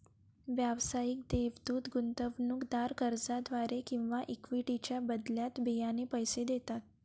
व्यावसायिक देवदूत गुंतवणूकदार कर्जाद्वारे किंवा इक्विटीच्या बदल्यात बियाणे पैसे देतात